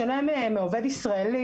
בשונה מעובד ישראלי,